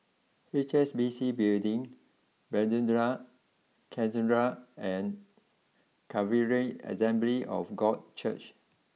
H S B C Building Bethesda Cathedral and Calvary Assembly of God Church